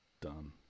done